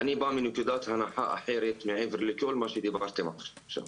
אני בא מנקודת הנחה אחרת מעבר לכל מה שדיברתם עכשיו.